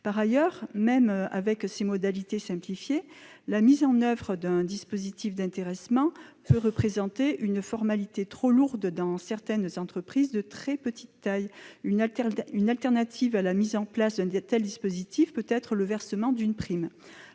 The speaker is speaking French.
Par ailleurs, même avec ces modalités simplifiées, la mise en oeuvre d'un dispositif d'intéressement peut représenter une formalité trop lourde dans certaines entreprises de très petite taille. Un substitut peut être le versement d'une prime.